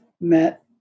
met